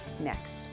next